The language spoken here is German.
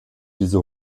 diese